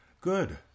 Good